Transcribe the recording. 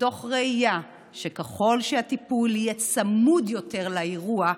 מתוך ראייה שככל שהטיפול יהיה צמוד יותר לאירוע,